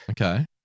Okay